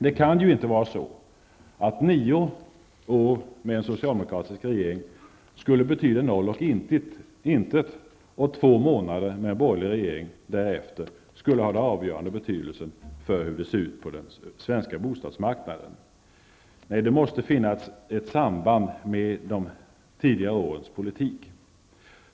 Det kan ju inte vara så, att nio år med en socialdemokratisk regering skulle betyda noll och intet, och att två månader med borgerlig regering därefter skulle ha den avgörande betydelsen för hur det ser ut på den svenska bostadsmarknaden. Nej, det måste finnas ett samband med de tidigare årens politik.